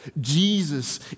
Jesus